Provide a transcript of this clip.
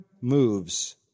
moves